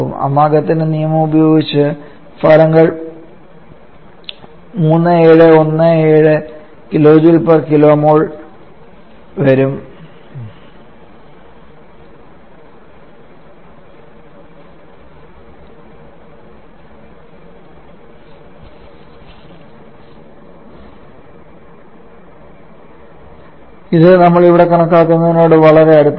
അമാഗത്തിന്റെ നിയമം ഉപയോഗിച്ച് ഫലങ്ങൾ 3717 kJ kmol വരും ഇത് നമ്മൾഇവിടെ കണക്കാക്കിയതിനോട് വളരെ അടുത്താണ്